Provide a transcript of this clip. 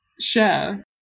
Share